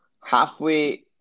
Halfway